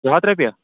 زٕ ہَتھ رۄپیہِ